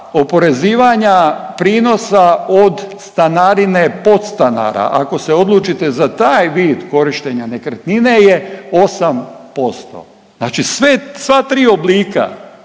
oporezivanja prinosa od stanarine podstanara, ako se odlučite za taj vid korištenja nekretnine je 8%. Znači sve, sva tri oblika